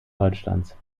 deutschlands